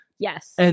Yes